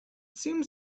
seemed